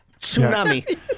Tsunami